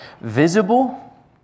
Visible